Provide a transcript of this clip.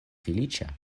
feliĉa